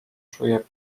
czuje